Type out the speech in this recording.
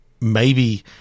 maybe-